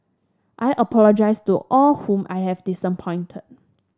I apologise to all whom I have disappointed